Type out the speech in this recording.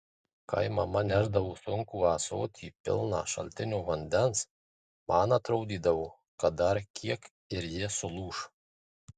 kai mama nešdavo sunkų ąsotį pilną šaltinio vandens man atrodydavo kad dar kiek ir ji sulūš